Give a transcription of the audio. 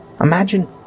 Imagine